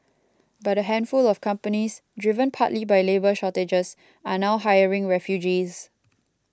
but a handful of companies driven partly by labour shortages are now hiring refugees